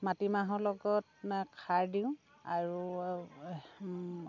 মাটিমাহৰ লগত খাৰ দিওঁ আৰু